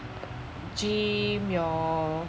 gym your